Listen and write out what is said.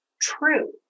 true